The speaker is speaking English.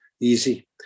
easy